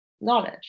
knowledge